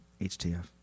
Htf